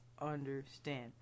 understand